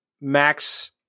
max